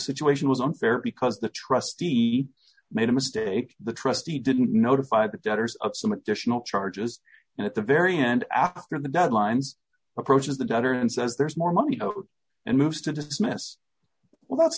situation was unfair because the trustee made a mistake the trustee didn't notify the debtors of some additional charges and at the very end of the deadlines approaches the debtor and says there's more money and moves to dismiss well that's